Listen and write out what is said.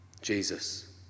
Jesus